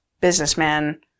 businessman